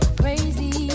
crazy